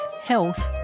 Health